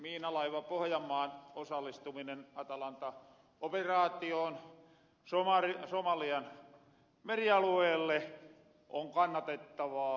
miinalaiva pohojanmaan osallistuminen atalanta operaatioon somalian merialueella on kannatettavaa